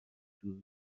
دور